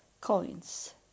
coins